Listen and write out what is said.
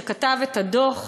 שכתב את הדוח.